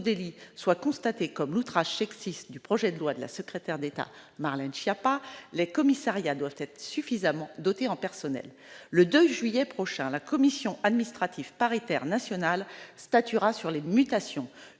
délits soient constatées, comme l'outrage sexiste du projet de loi de la secrétaire d'État Marlène Schiappa, les commissariats doivent être suffisamment dotés en personnel. Le 2 juillet prochain, la commission administrative paritaire nationale statuera sur les mutations.